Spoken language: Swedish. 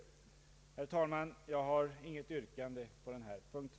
Herr talman! Jag har inget yrkande på denna punkt.